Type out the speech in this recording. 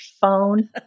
phone